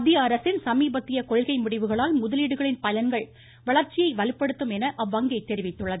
மத்தியஅரசின் சமீபத்திய கொள்கை முடிவுகளால் முதலீடுகளின் பலன்கள் வளர்ச்சியை வலுப்படுத்தும் என அவ்வங்கி தெரிவித்துள்ளது